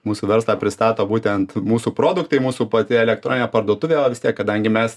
mūsų verslą pristato būtent mūsų produktai mūsų pati elektroninė parduotuvė o vis tiek kadangi mes